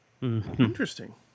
Interesting